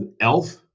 Elf